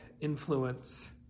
influence